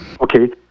Okay